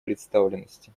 представленности